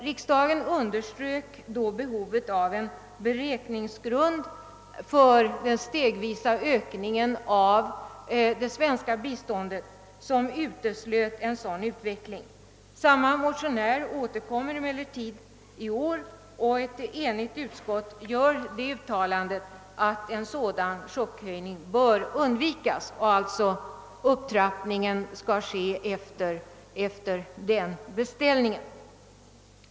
Riksdagen underströk då behovet av en beräkningsgrund för den stegvisa ökningen av det svenska biståndet, vilken skulle utesluta en sådan chockhöjning. Samma motionär återkommer emellertid i år, och ett enigt utskott gör det uttalandet, att en sådan chockhöjning bör undvikas och att upptrappningen av biståndsanslagen bör avvägas med hänsyn härtill.